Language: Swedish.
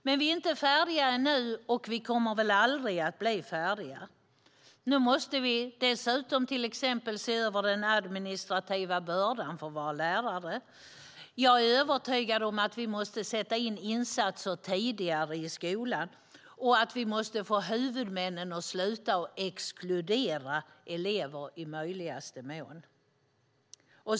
Men vi är inte färdiga ännu, och vi kommer väl aldrig att bli färdiga. Nu måste vi dessutom till exempel se över den administrativa bördan för våra lärare. Jag är övertygad om att vi måste sätta in insatser i skolan tidigare och att vi måste få huvudmännen att sluta exkludera elever i möjligaste mån.